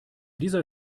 dieser